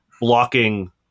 blocking